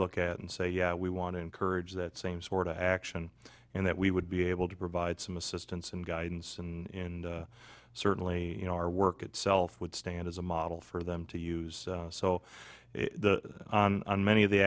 look at and say yeah we want to encourage that same sort of action and that we would be able to provide some assistance and guidance in certainly you know our work itself would stand as a model for them to use so many of the